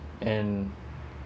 and